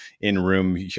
in-room